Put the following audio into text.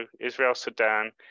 Israel-Sudan